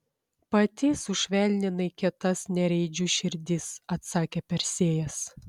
pati sušvelninai kietas nereidžių širdis atsakė persėjas